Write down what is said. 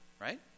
right